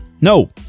No